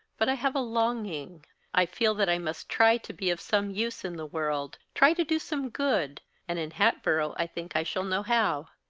but i have a longing i feel that i must try to be of some use in the world try to do some good and in hatboro' i think i shall know how.